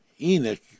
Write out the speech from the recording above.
Enoch